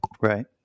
Right